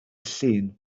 llun